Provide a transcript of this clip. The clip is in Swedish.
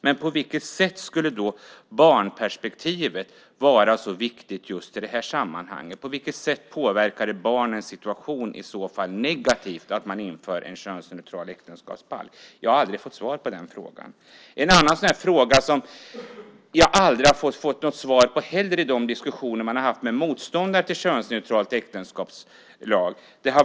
Men på vilket sätt skulle då barnperspektivet vara så viktigt i just det här sammanhanget? På vilket sätt påverkar det barnens situation negativt om man inför en könsneutral äktenskapsbalk? Jag har aldrig fått svar på den frågan. Det finns en annan fråga som jag heller aldrig har fått svar på i de diskussioner jag har haft med motståndare till en könsneutral äktenskapslag.